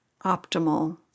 optimal